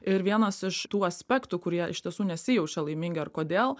ir vienas iš tų aspektų kur jie iš tiesų nesijaučia laimingi ar kodėl